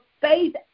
faith